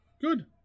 Good